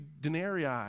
denarii